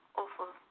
awful